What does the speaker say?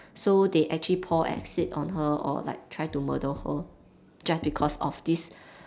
so they actually pour acid on her or like try to murder her just because of this